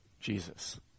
Jesus